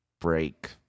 break